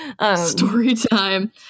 Storytime